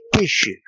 issue